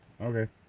okay